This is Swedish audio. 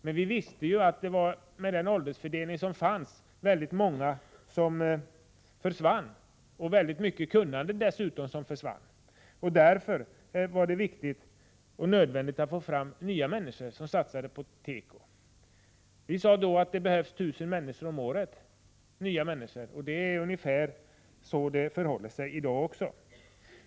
Men vi visste att med den åldersfördelning som fanns inom industrin skulle många komma att försvinna — och därmed också mycket kunnande. Därför var det viktigt och nödvändigt att få fram nya människor som satsade på teko. Vi sade då att det behövs 1000 nya människor om året. Det är ungefär så det förhåller sig i dag också.